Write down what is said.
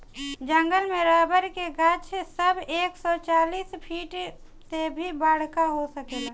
जंगल में रबर के गाछ सब एक सौ चालीस फिट से भी बड़का हो सकेला